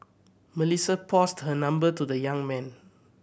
Melissa passed her number to the young man